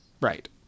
Right